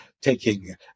taking